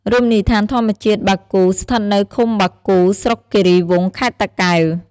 រមណីយដ្ឋានធម្មជាតិបាគូរស្ថិតនៅឃុំបាគូរ ស្រុកគីរីវង់ ខេត្តតាកែវ។